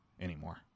anymore